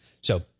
So-